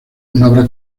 habrá